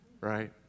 right